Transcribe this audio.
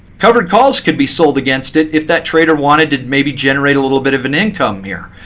covered calls could be sold against it if that trader wanted to maybe generate a little bit of an income here.